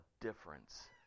difference